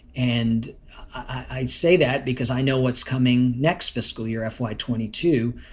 and i say that because i know what's coming next fiscal year f y twenty two,